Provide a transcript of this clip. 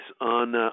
on